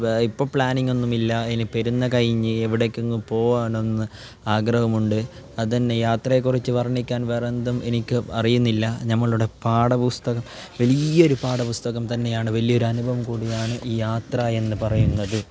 ഇപ്പം പ്ലാനിംഗ് ഒന്നുമില്ല ഇനി പെരുന്നാൾ കഴിഞ്ഞ് എവിടെക്കെങ്ങും പോവാണമെന്ന് ആഗ്രഹമുണ്ട് അത് തന്നെ യാത്രയെക്കുറിച്ച് വർണിക്കാൻ വേറെ എന്തും എനിക്ക് അറിയുന്നില്ല നമ്മളുടെ പാഠപുസ്തകം വലിയൊരു പാഠപുസ്തകം തന്നെയാണ് വലിയ ഒരു അനുഭവം കൂടിയാണ് യാത്ര എന്ന് പറയുന്നത്